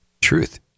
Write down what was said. Truth